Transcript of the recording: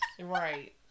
Right